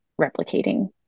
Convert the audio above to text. replicating